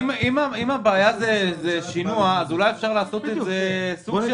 אם הבעיה היא שינוע אז אולי אפשר לעשות את זה דיפרנציאלי.